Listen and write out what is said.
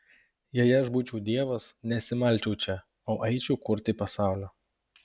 jei aš būčiau dievas nesimalčiau čia o eičiau kurti pasaulio